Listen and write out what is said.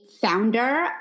founder